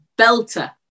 belter